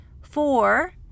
Four